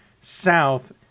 South